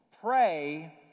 pray